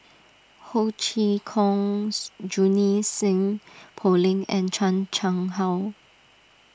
Ho Chee Kong Sue Junie Sng Poh Leng and Chan Chang How